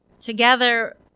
Together